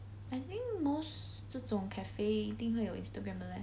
I think most 这种 cafe 一定会有 Instagram 的 leh